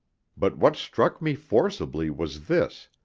but what struck me forcibly was this,